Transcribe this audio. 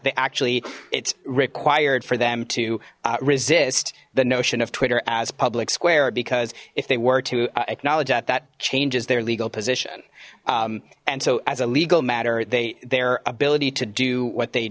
they actually it's required for them to resist the notion of twitter as public square because if they were to acknowledge that that changes their legal position and so as a legal matter they their ability to do what they